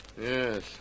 Yes